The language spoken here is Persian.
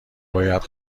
باید